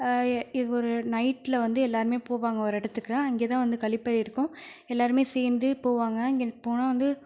ஏ எ ஒரு நைட்டில் வந்து எல்லாருமே போவாங்க ஒரு இடத்துக்கு அங்கே தான் வந்து கழிப்பறை இருக்கும் எல்லாருமே சேர்ந்து போவாங்க அங்கே போனால் வந்து